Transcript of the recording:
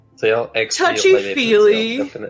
touchy-feely